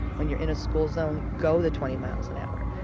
when you're in a school zone, go the twenty miles an hour.